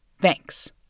Thanks